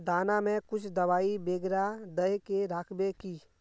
दाना में कुछ दबाई बेगरा दय के राखबे की?